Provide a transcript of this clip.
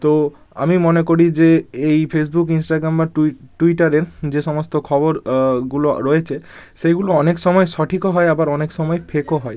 তো আমি মনে করি যে এই ফেসবুক ইনস্টাগ্রাম বা টুই টুইটারের যে সমস্ত খবরগুলো রয়েছে সেইগুলো অনেক সময় সঠিকও হয় আবার অনেক সময় ফেকও হয়